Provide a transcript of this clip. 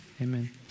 Amen